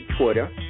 Twitter